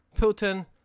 Putin